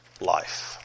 life